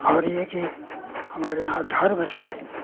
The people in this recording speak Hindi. और यह कि हमारे यहाँ धर्म से